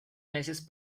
meses